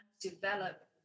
develop